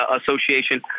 Association